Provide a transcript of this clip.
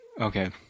Okay